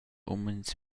umens